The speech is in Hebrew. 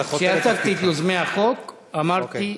כשהצגתי את יוזמי החוק אמרתי: